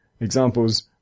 examples